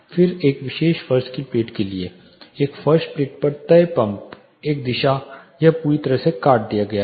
फिर एक विशेष फर्श की प्लेट के लिए एक फर्श प्लेट पर तय पंप एक दिशा यह पूरी तरह से काट दिया जाता है